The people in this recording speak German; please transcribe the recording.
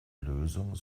lösung